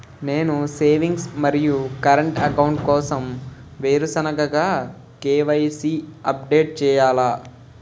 నేను సేవింగ్స్ మరియు current account కోసం వేరువేరుగా కే.వై.సీ అప్డేట్ చేయాలా?